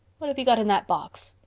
what have you got in that box?